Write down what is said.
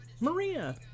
Maria